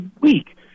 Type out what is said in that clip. week